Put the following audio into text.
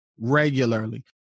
regularly